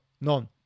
none